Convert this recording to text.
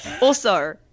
also-